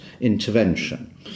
intervention